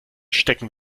stecken